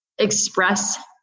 Express